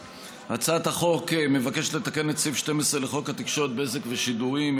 הצעת החוק מבקשת לתקן את סעיף 12 לחוק התקשורת (בזק ושידורים),